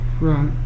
right